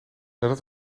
nadat